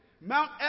Mount